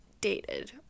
dated